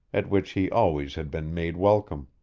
at which he always had been made welcome.